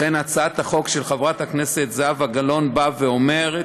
לכן הצעת החוק של חברת הכנסת זהבה גלאון אומרת: